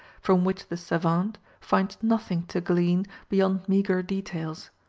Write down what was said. from which the savant finds nothing to glean beyond meagre details.